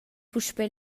puspei